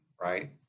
Right